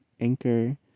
Anchor